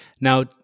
Now